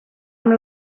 amb